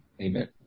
Amen